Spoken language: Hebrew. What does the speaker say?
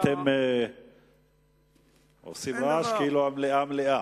אתם עושים רעש כאילו המליאה מלאה.